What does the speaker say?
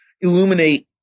illuminate